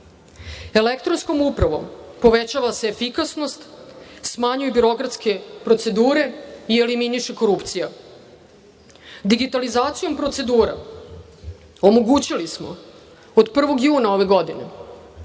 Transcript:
prioriteta. Elektronskom upravom povećava se efikasnost, smanjuju birokratske procedure i eliminiše korupcija. Digitalizacijom procedura omogućili smo od 1. juna ove godine